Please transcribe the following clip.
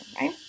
right